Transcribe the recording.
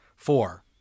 Four